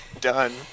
Done